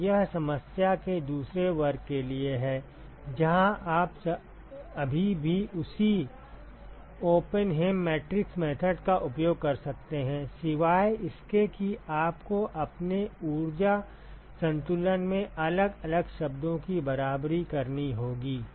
तो यह समस्या के दूसरे वर्ग के लिए है जहाँ आप अभी भी उसी Oppenheim matrix method का उपयोग कर सकते हैं सिवाय इसके कि आपको अपने ऊर्जा संतुलन में अलग अलग शब्दों की बराबरी करनी होगी